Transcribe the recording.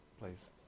please